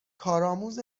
کارآموز